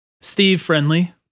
Steve-friendly